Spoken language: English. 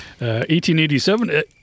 1887